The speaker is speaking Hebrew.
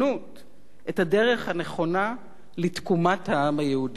את הדרך הנכונה לתקומת העם היהודי במולדתו.